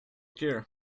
cure